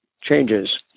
changes